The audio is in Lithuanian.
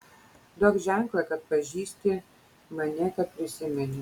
duok ženklą kad pažįsti mane kad prisimeni